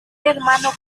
hermano